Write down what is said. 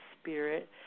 spirit